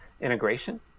integration